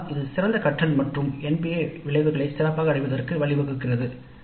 இதனால் இது சிறந்த கற்றல் மற்றும் NBA குறிக்கோள்களை சிறந்த முறையில் நிறைவேற்றவும் உதவுகிறது